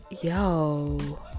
Yo